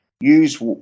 Use